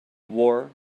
war